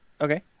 Okay